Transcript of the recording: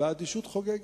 והאדישות חוגגת.